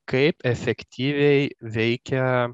kaip efektyviai veikia